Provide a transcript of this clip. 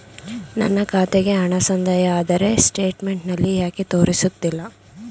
ನನ್ನ ಖಾತೆಗೆ ಹಣ ಸಂದಾಯ ಆದರೆ ಸ್ಟೇಟ್ಮೆಂಟ್ ನಲ್ಲಿ ಯಾಕೆ ತೋರಿಸುತ್ತಿಲ್ಲ?